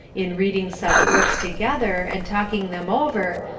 in reading such works together, and talking them over,